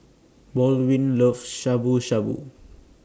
Baldwin loves Shabu Shabu